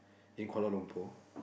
in Kuala-Lumpur